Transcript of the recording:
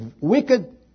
wicked